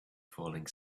falling